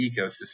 ecosystem